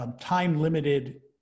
time-limited